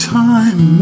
time